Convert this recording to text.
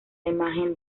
imagen